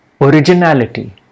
originality